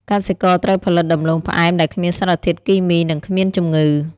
កសិករត្រូវផលិតដំឡូងផ្អែមដែលគ្មានសារធាតុគីមី និងគ្មានជំងឺ។